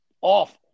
awful